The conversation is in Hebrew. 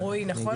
רועי, נכון?